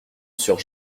sur